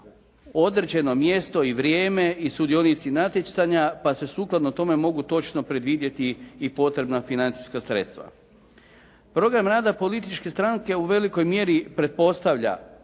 određeno mjesto i vrijeme i sudionici natjecanja pa se sukladno tome mogu točno predvidjeti i potrebna financijska sredstva. Program rada političke stranke u velikoj mjeri pretpostavlja